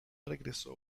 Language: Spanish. regresó